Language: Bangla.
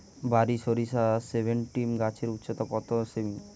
বারি সরিষা সেভেনটিন গাছের উচ্চতা কত সেমি?